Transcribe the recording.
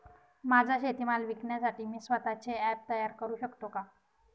माझा शेतीमाल विकण्यासाठी मी स्वत:चे ॲप तयार करु शकतो का?